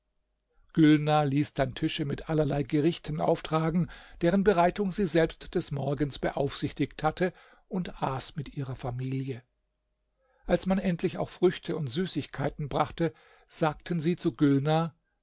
gülnar ließ dann tische mit allerlei gerichten auftragen deren bereitung sie selbst des morgens beaufsichtigt hatte und aß mit ihrer familie als man endlich auch früchte und süßigkeiten brachte sagten sie zu gülnar